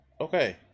Okay